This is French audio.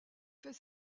fait